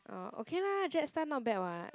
orh okay lah JetStar not bad [what]